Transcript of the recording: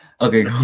Okay